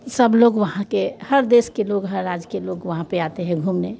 सब लोग वहाँ के हर देश के लोग हर राज्य के लोग वहाँ पर आते है घूमने